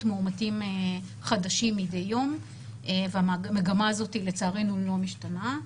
מאומתים מדי יום והמגמה הזאת לצערנו לא משתנה.